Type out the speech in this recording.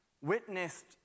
witnessed